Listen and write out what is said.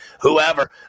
whoever